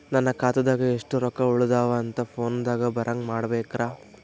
ನನ್ನ ಖಾತಾದಾಗ ಎಷ್ಟ ರೊಕ್ಕ ಉಳದಾವ ಅಂತ ಫೋನ ದಾಗ ಬರಂಗ ಮಾಡ ಬೇಕ್ರಾ?